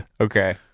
Okay